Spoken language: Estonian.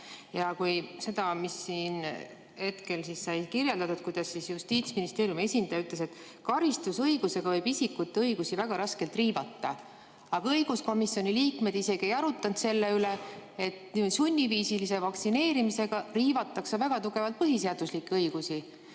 Ja siin sai hetk tagasi kirjeldatud, kuidas Justiitsministeeriumi esindaja ütles, et karistusõigusega võib isikute õigusi väga raskelt riivata, aga õiguskomisjoni liikmed isegi ei arutanud selle üle, et sunniviisilise vaktsineerimisega riivatakse väga tugevalt põhiseaduslikke õigusi.